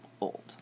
old